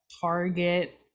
Target